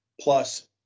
plus